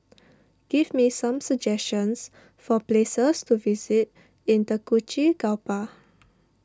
give me some suggestions for places to visit in Tegucigalpa